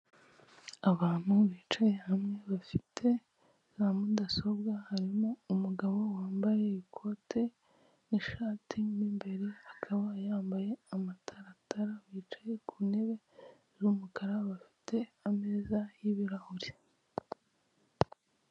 Abantu bicaye hamwe bafite za mudasobwa harimo umugabo wambaye ikote n'ishati mu imbere akaba yambaye amataratara wicaye ku ntebe z'umukara bafite ameza y'ibirahure.